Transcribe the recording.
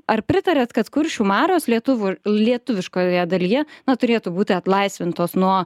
ar pritariat kad kuršių marios lietuvių lietuviškojoje dalyje na turėtų būti atlaisvintos nuo